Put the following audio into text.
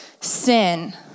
sin